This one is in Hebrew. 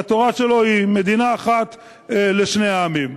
והתורה שלו היא מדינה אחת לשני העמים.